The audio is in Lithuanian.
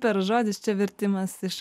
per žodis čia vertimas iš